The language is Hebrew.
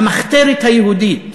המחתרת היהודית,